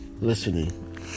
listening